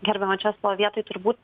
gerbiamo česlovo vietoj turbūt